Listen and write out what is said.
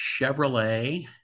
Chevrolet